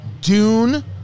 Dune